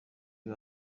uyu